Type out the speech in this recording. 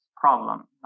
problem